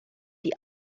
the